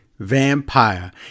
vampire